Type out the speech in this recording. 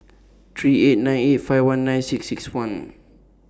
three eight nine eight five one nine six six one